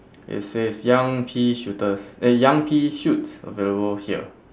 it says young pea shooters eh young pea shoots available here